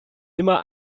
immer